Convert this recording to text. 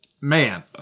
man